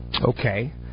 Okay